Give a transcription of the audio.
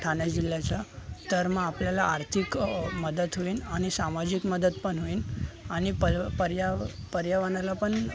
ठाणे जिल्ह्याच्या तर मग आपल्याला आर्थिक मदत होईल आणि सामाजिक मदत पण होईल आणि पल्व पर्याव पर्यावरणाला पण